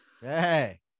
hey